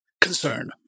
concern